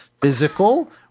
physical